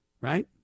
Right